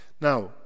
Now